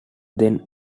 then